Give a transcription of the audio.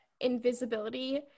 Invisibility